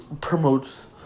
promotes